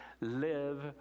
live